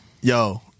yo